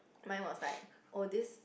mine was like oh this